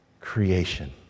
creation